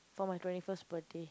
for my twenty first birthday